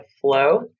flow